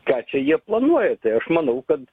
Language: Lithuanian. ką čia jie planuoja tai aš manau kad